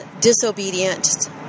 disobedient